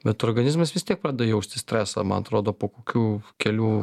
bet organizmas vis tiek pradeda jausti stresą man atrodo po kokių kelių